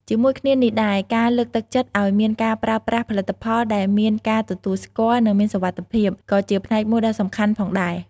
ជាមួយគ្នានេះដែរ ការលើកទឹកចិត្តឱ្យមានការប្រើប្រាស់ផលិតផលដែលមានការទទួលស្គាល់ និងមានសុវត្ថិភាព ក៏ជាផ្នែកមួយដ៏សំខាន់ផងដែរ។